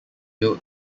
build